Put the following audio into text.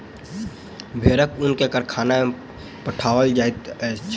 भेड़क ऊन के कारखाना में पठाओल जाइत छै